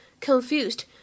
confused